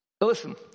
Listen